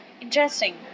Interesting